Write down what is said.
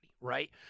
right